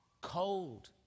cold